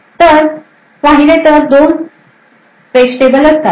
तसे पाहिले तर 2 पेज टेबल असतात